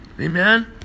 Amen